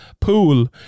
pool